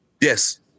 yes